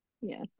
Yes